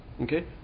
Okay